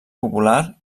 popular